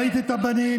לא ראיתי את הבנים.